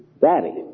daddy